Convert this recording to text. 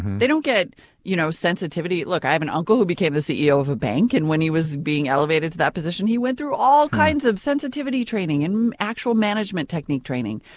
they don't get you know sensitivity training. look, i have an uncle who became the ceo of a bank, and when he was being elevated to that position, he went through all kinds of sensitivity training in actual management technique training.